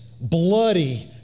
bloody